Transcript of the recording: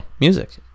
Music